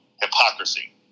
hypocrisy